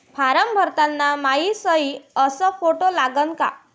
Form भरताना मायी सयी अस फोटो लागन का?